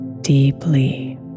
deeply